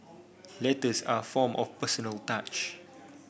letters are a form of personal touch